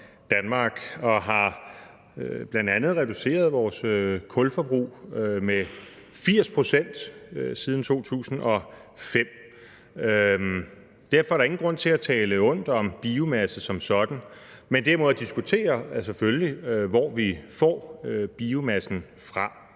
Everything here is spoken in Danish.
og har bl.a. reduceret vores kulforbrug med 80 pct. siden 2005. Derfor er der ingen grund til at tale ondt om biomasse som sådan, men derimod at diskutere, selvfølgelig, hvor vi får biomassen fra.